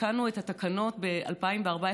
תיקנו את התקנות ב-2014,